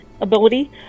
ability